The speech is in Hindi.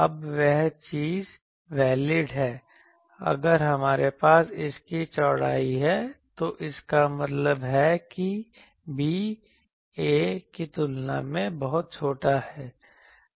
अब वह चीज वैलिड है अगर हमारे पास इसकी चौड़ाई है तो इसका मतलब है कि b a की तुलना में बहुत छोटा है